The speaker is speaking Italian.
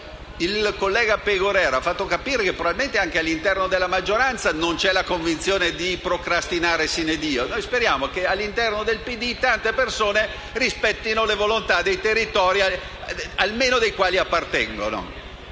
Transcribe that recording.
Il collega Pegorer ha fatto capire che probabilmente, anche all'interno della maggioranza, non c'è la convinzione di procrastinare *sine die,* e speriamo che all'interno del PD tante persone rispettino almeno le volontà dei territori ai quali appartengono.